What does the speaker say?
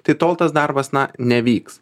tai tol tas darbas na nevyks